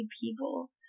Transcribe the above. people